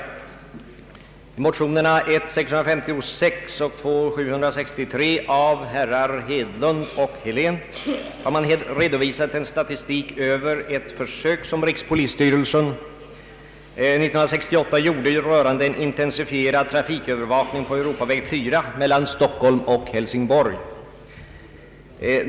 I motionerna I1:656 och II: 763 av herrar Helén och Hedlund m.fl. har man redovisat en statistik över ett försök som rikspolisstyrelsen år 1968 gjorde rörande en intensifierad trafikövervakning på Europaväg 4 mellan Stockholm och Hälsingborg.